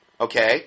Okay